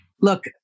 look